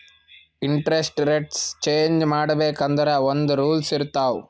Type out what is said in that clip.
interest rates change ಮಾಡ್ಬೇಕ್ ಅಂದುರ್ ಒಂದ್ ರೂಲ್ಸ್ ಇರ್ತಾವ್